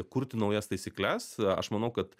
kurti naujas taisykles aš manau kad